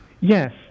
Yes